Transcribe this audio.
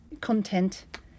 content